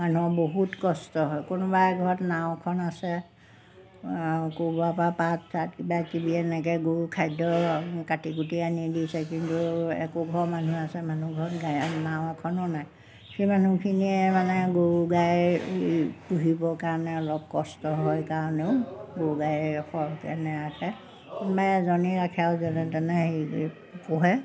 মানুহৰ বহুত কষ্ট হয় কোনোবা ঘৰত নাও এখন আছে ক'ৰবাৰপৰা পাত তাত কিবাকিবি এনেকৈ গৰু খাদ্য কাটি কুটি আনি দিছে কিন্তু একো ঘৰ মানুহ আছে মানুহ ঘৰত নাও এখনো নাই সেই মানুহখিনিয়ে মানে গৰু গাই পুহিবৰ কাৰণে অলপ কষ্ট হয় কাৰণেও গৰু গাই সৰহকৈ নাৰাখে কোনোবাই এজনী ৰাখে আৰু যেনে তেনে হেৰি কৰি পোহে